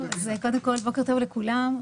בוקר טוב לכולם,